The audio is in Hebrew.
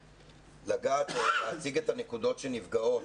להציג את הנקודות שנפגעות.